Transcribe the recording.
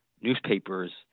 newspapers